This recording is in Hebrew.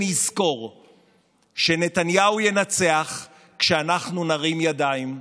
ונזכור שנתניהו ינצח כשאנחנו נרים ידיים.